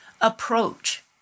approach